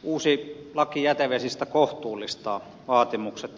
uusi laki jätevesistä kohtuullistaa vaatimukset